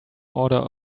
order